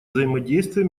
взаимодействие